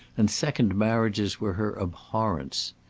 and second marriages were her abhorrence.